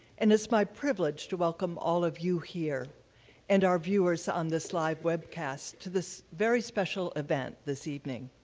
and it's my privilege to welcome all of you here and our viewers on this live webcast to this very special event this evening.